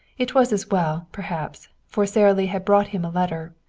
it was as well, perhaps, for sara lee had brought him a letter,